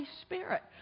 Spirit